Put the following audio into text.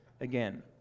again